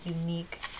unique